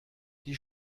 die